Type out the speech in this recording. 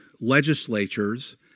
legislatures